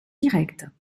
directes